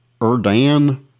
Erdan